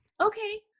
Okay